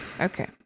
Okay